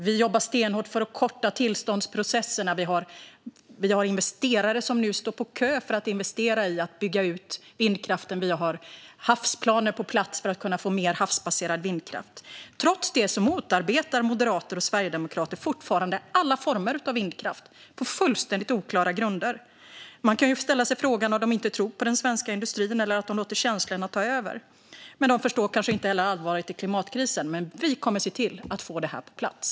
Vi jobbar stenhårt för att korta tillståndsprocesserna. Vi har investerare som nu står på kö för att investera i att bygga ut vindkraften. Vi har havsplaner på plats för att kunna få mer havsbaserad vindkraft. Trots detta motarbetar moderater och sverigedemokrater fortfarande alla former av vindkraft på fullständigt oklara grunder. Man kan ju fråga sig om de inte tror på den svenska industrin eller om de låter känslorna ta över. De förstår kanske inte heller allvaret i klimatkrisen, men vi kommer att se till att få det här på plats.